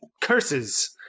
Curses